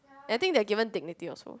and I think they are given dignity also